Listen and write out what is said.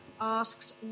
asks